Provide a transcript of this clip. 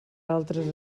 altres